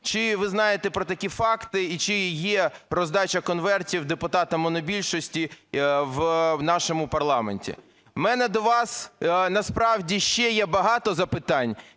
Чи ви знаєте про такі факти? І чи є роздача "конвертів" депутатам монобільшості в нашому парламенті? В мене до вас насправді ще є багато запитань,